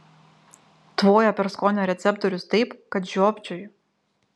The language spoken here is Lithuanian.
tvoja per skonio receptorius taip kad žiopčioju